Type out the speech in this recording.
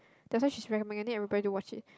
that's why she's recommending everybody to watch it